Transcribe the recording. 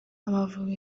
amavubi